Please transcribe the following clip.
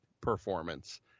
performance